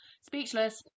speechless